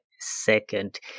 second